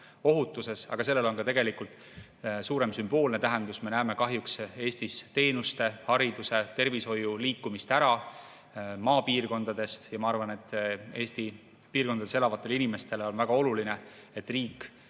ohutuses. Sellel on ka suurem sümboolne tähendus. Me näeme kahjuks Eestis teenuste, hariduse, tervishoiu maapiirkondadest äraliikumist. Ma arvan, et Eesti piirkondades elavatele inimestele on väga oluline, et riik